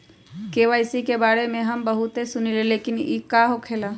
KYC के बारे में हम बहुत सुनीले लेकिन इ का होखेला?